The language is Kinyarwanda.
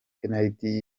penaliti